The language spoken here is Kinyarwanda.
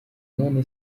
none